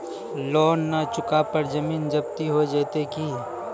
Loan न चुका पर जमीन जब्ती हो जैत की?